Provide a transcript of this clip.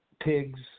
pigs